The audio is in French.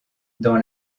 dans